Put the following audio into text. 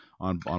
on